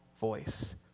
voice